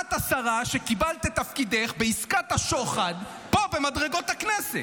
את השרה שקיבלת את תפקידך בעסקת השוחד פה במדרגות הכנסת,